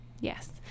Yes